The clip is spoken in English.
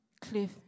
Cliff